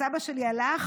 סבא שלי הלך